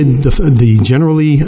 in the generally